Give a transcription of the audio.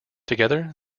together